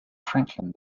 franklin